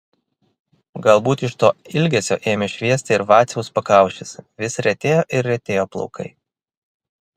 galbūt iš to ilgesio ėmė šviesti ir vaciaus pakaušis vis retėjo ir retėjo plaukai